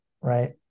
right